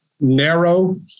narrow